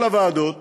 כל הוועדות